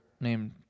named